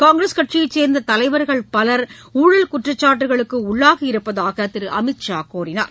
காங்கிரஸ் கட்சியைச் சேர்ந்த தலைவர்கள் பலர் ஊழல் குற்றச்சாட்டுகளுக்கு உள்ளாகி இருப்பதாக திரு அமித் ஷா தெரிவித்தார்